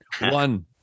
One